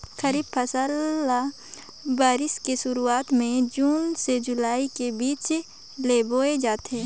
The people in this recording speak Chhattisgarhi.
खरीफ फसल ल बारिश के शुरुआत में जून से जुलाई के बीच ल बोए जाथे